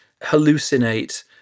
hallucinate